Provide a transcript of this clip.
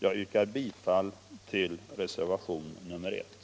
Jag yrkar bifall till reservationen 1.